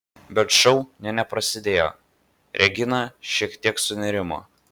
bet šou nė neprasidėjo regina šiek tiek sunerimo